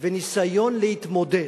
וניסיון להתמודד.